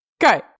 go